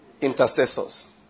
Intercessors